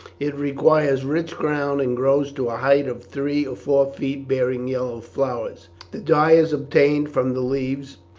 it requires rich ground and grows to a height of three or four feet, bearing yellow flowers. the dye is obtained from the leaves,